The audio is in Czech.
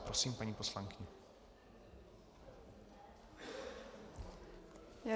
Prosím, paní poslankyně.